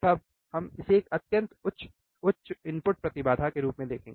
तब हम इसे एक अत्यंत उच्च इनपुट प्रतिबाधा के रूप में देखेंगे